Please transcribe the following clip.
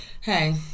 hey